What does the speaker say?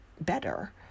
better